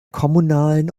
kommunalen